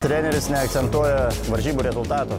treneris neakcentuoja varžybų rezultatų